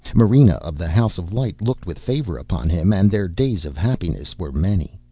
marena of the house of light looked with favor upon him and their days of happiness were many.